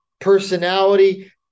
personality